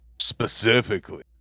specifically